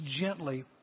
gently